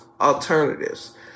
alternatives